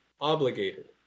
obligated